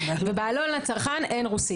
ובעלון לצרכן אין רוסית.